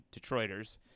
Detroiters